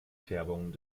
färbung